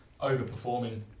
overperforming